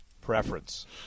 preference